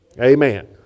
Amen